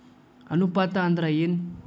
ಅನುಪಾತ ಅಂದ್ರ ಏನ್?